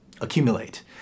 accumulate